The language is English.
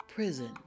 Prison